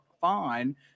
fine